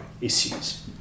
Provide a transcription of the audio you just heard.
issues